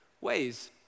ways